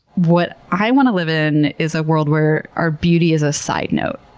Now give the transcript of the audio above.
what i want to live in, is a world where our beauty is a side note.